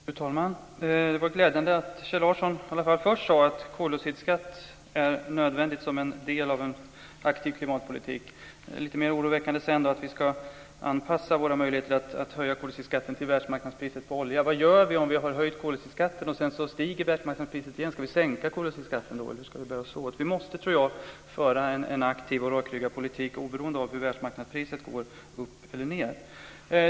Fru talman! Det var glädjande att Kjell Larsson först sade att koldioxidskatt är nödvändig som en del av en aktiv klimatpolitik. Det är litet mer oroväckande att han sedan sade att vi ska anpassa våra möjligheter att höja koldioxidskatten till världsmarknadspriset på olja. Vad gör vi om vi har höjt koldioxidskatten och världsmarknadspriset stiger? Ska vi sänka koldioxidskatten då, eller hur ska vi bära oss åt? Vi måste föra en aktiv och rakryggad politik oberoende av om världsmarknadspriset går upp eller ner.